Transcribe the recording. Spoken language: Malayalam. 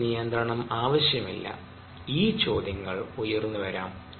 എച്ച് നിയന്ത്രണം ആവശ്യമില്ല ഈ ചോദ്യങ്ങൾ ഉയർന്നു വരാം